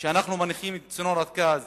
שאנחנו מניחים את צינור הגז